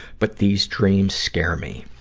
but these dreams scare me.